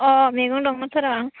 अ मैगं दंमोनथ' र'